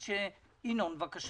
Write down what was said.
התבחין היחיד,